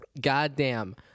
Goddamn